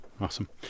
Awesome